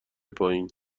پایین